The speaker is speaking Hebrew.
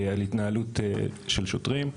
על התנהלות של שוטרים.